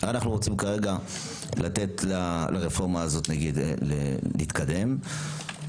אנחנו רוצים לתת לרפורמה הזאת להתקדם,